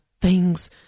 things—